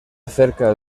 cerca